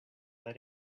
that